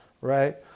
right